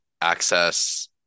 access